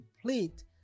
complete